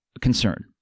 concern